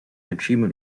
achievement